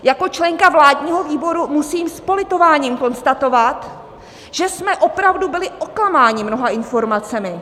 Jako členka vládního výboru musím s politováním konstatovat, že jsme opravdu byli oklamáni mnoha informacemi.